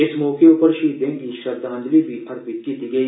इस मौके पर शहीदें गी श्रद्वांजलि बी अर्पित कीती गेई